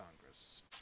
Congress